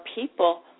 people